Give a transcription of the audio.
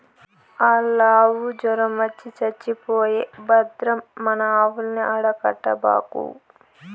ఆల్లావు జొరమొచ్చి చచ్చిపోయే భద్రం మన ఆవుల్ని ఆడ కట్టబాకు